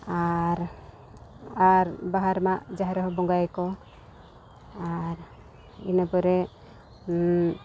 ᱟᱨ ᱟᱨ ᱵᱟᱦᱟ ᱨᱮᱢᱟ ᱡᱟᱦᱮᱨ ᱨᱮᱦᱚᱸ ᱵᱚᱸᱜᱟᱭᱟᱠᱚ ᱟᱨ ᱤᱱᱟᱹ ᱯᱚᱨᱮ